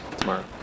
tomorrow